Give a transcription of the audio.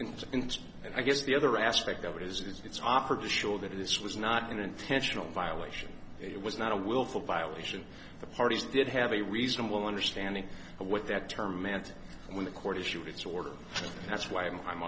you and i guess the other aspect of it is it's offered to show that this was not an intentional violation it was not a willful violation the parties did have a reasonable understanding of what that term meant when the court issued its order that's why i'm